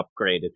upgraded